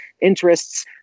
interests